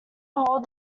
hold